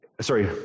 sorry